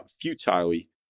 futilely